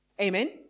Amen